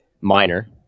minor